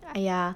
!aiya!